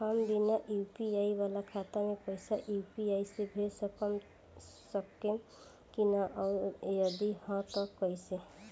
हम बिना यू.पी.आई वाला खाता मे पैसा यू.पी.आई से भेज सकेम की ना और जदि हाँ त कईसे?